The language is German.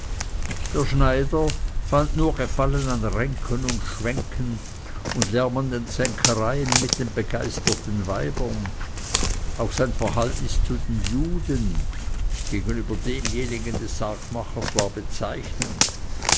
der schneider fand nur gefallen an ränken und schwänken und lärmenden zänkereien mit den begeisterten weibern auch sein verhalten zu den juden gegenüber demjenigen des sargmachers war bezeichnend